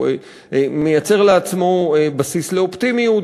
הוא מייצר לעצמו בסיס לאופטימיות,